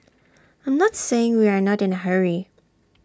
I'm not saying we are not in A hurry